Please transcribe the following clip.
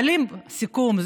סיכום?